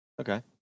Okay